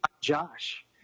Josh